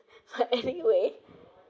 anyway